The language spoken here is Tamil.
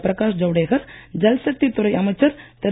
பிரகாஷ் ஜவுடேகர் ஜல்சக்தி துறை அமைச்சர் திரு